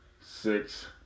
Six